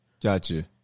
Gotcha